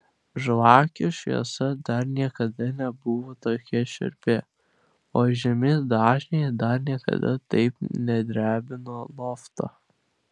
žvakių šviesa dar niekada nebuvo tokia šiurpi o žemi dažniai dar niekada taip nedrebino lofto